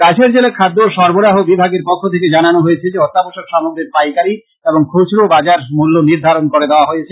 কাছাড় জেলা খাদ্য ও সরবরাহ বিভাগের পক্ষ থেকে জানানো হয়েছে যে অত্যাবশ্যক সামগ্রীর পাইকারী এবং খুচরো বাজার মূল্য নির্ধারন করে দেওয়া হয়েছে